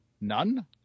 None